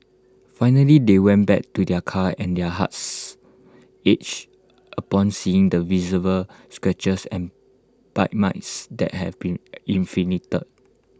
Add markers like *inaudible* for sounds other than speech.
finally they went back to their car and their hearts ached upon seeing the visible scratches and bite marks that had been *noise* inflicted